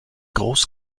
groß